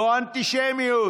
זו אנטישמיות.